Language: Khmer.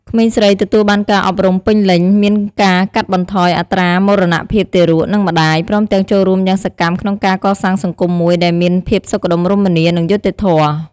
ក្មេងស្រីទទួលបានការអប់រំពេញលេញមានការកាត់បន្ថយអត្រាមរណភាពទារក និងម្តាយ ព្រមទាំងចូលរួមយ៉ាងសកម្មក្នុងការកសាងសង្គមមួយដែលមានភាពសុខដុមរមនា និងយុត្តិធម៌។